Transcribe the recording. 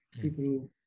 People